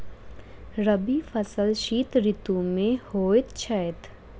रबी फसल शीत ऋतु मे होए छैथ?